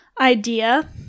idea